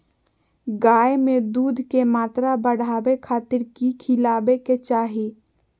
गाय में दूध के मात्रा बढ़ावे खातिर कि खिलावे के चाही?